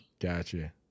Gotcha